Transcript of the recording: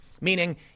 meaning